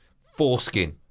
Foreskin